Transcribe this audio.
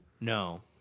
No